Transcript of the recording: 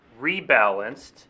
rebalanced